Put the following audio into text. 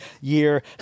year